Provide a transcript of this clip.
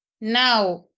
Now